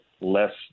less